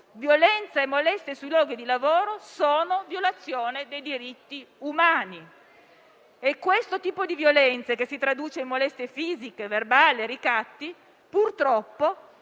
Violenza e molestie sui luoghi di lavoro sono violazioni dei diritti umani e questo tipo di violenze, che si traduce in molestie fisiche, verbali e ricatti, purtroppo